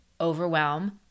overwhelm